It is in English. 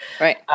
Right